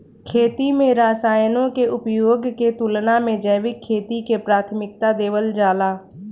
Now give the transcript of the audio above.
खेती में रसायनों के उपयोग के तुलना में जैविक खेती के प्राथमिकता देवल जाला